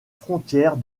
frontière